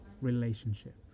relationship